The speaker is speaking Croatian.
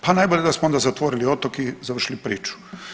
Pa najbolje da smo onda zatvorili otoke i završili priču.